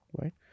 right